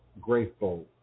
grateful